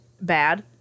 bad